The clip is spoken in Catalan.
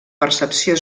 percepció